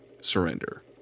surrender